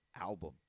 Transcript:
album